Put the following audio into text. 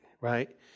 right